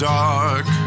dark